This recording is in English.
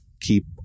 keep